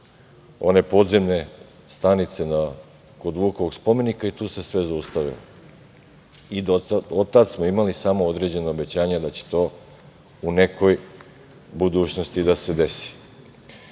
one podzemne stanice kod Vukovog spomenika i tu se sve zaustavilo i od tada smo imali samo određena obećanja da će to u nekoj budućnosti da se desi. Kad